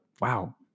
Wow